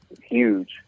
huge